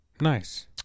Nice